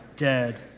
Dead